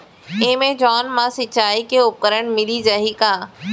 Amazon मा सिंचाई के उपकरण मिलिस जाही का?